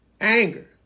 anger